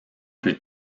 plus